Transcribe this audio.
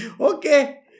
Okay